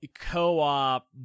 co-op